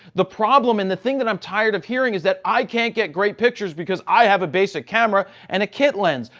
the problem and the thing that i'm tired of hearing is that i can't get great pictures because i have a basic camera and a kit lens.